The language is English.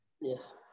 Yes